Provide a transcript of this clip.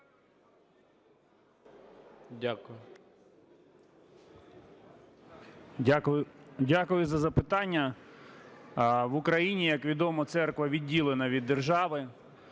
Дякую за запитання. В Україні, як відомо, Церква відділена від держави.